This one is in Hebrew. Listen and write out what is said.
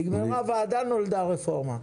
נגמרה הוועדה, נולדה רפורמה.